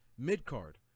Mid-card